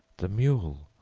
the mule,